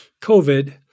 COVID